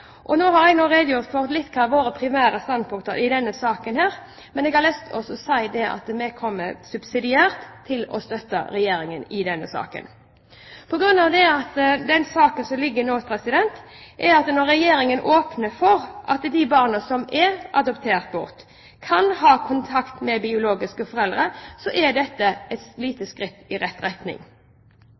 i denne saken. Men jeg har også lyst til å si at vi subsidiært kommer til å støtte Regjeringen i denne saken, for når Regjeringen her åpner for at de barna som er adoptert bort, kan ha kontakt med biologiske foreldre, er dette et lite skritt i riktig retning.